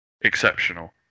exceptional